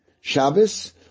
Shabbos